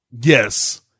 Yes